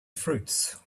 fruits